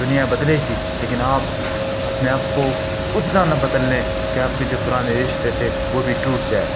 دینا بدلے گی لیکن آپ اپنے آپ کو اتنا نہ بدل لیں کہ آپ کے جو پرانے رشتے تھے وہ بھی ٹوٹ جائے